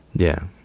yeah.